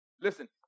Listen